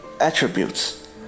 attributes